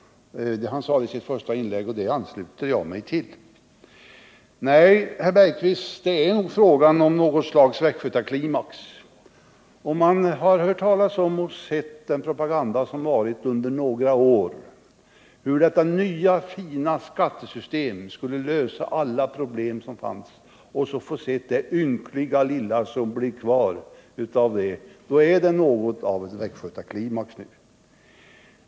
Det sade han i sitt första inlägg, och det ansluter jag mig till. Nej, herr Bergqvist, det är nog fråga om något slags västgötaklimax. Om man har hört talas om och sett den propaganda som pågått under några år för hur detta nya fina skattesystem skulle lösa alla problem som fanns, och sedan får se det ynkliga lilla som blir kvar av det, så är det något av en västgötaklimax.